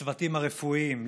לצוותים הרפואיים,